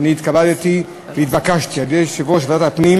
שהתכבדתי והתבקשתי על-ידי יושב-ראש ועדת הפנים